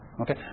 Okay